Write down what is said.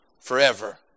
forever